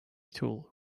tool